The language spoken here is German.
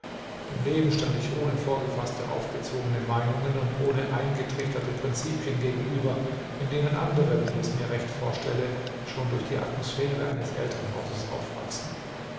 dem leben stand ich ohne vorgefaßte aufgezwungene meinungen und ohne eingetrichterte prinzipien gegenüber in denen andere wenn ich es mir recht vorstelle schon durch die atmosphäre eines elternhauses aufwachsen